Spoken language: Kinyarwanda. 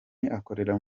akorera